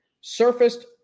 surfaced